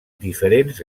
diferents